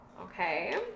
Okay